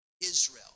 Israel